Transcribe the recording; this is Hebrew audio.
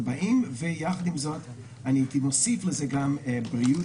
יחד עם זאת אני מציע להוסיף גם בריאות